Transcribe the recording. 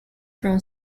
from